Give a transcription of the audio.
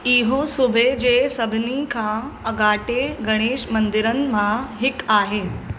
इहो सूबे जे सभिनी खां अगाटे गणेश मंदरनि मां हिकु आहे